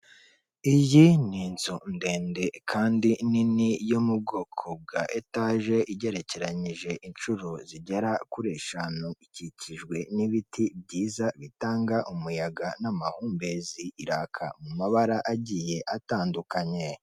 Iyi ni inzu ndende kandi nini yo mu bwoko bwa etage igerekeranyije inshuro zigera kuri eshanu, ikikijwe n'ibiti byiza bitanga umuyaga n'amahumbezi, iraka mu mabara agiye atandukanye.